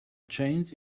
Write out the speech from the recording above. change